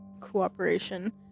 cooperation